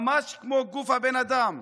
ממש כמו גוף של בן אדם.